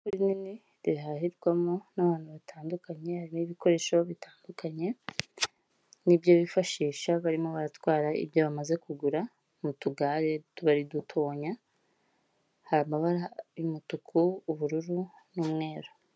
Iduka rinini rihahirwamo n'abantu batandukanye, harimo ibikoresho bitandukanye n'ibyo bifashisha barimo baratwara ibyo bamaze kugura mu tugare tuba ari dutoya, hari amabara y'umutuku, ubururu n'umweru.